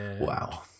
Wow